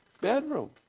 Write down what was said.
bedroom